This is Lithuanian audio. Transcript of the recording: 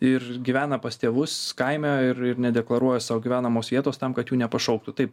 ir gyvena pas tėvus kaime ir nedeklaruoja savo gyvenamos vietos tam kad jų nepašauktų taip